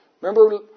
Remember